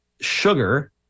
sugar